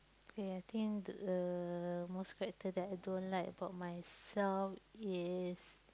K I think the most character that I don't like about myself is